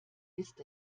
ist